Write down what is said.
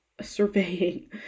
surveying